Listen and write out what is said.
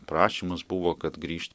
prašymas buvo kad grįžt